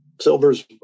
Silver's